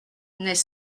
n’est